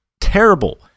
terrible